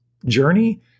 journey